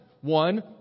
One